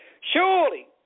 Surely